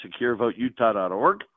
SecureVoteUtah.org